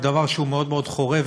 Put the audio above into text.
מאוד חורה,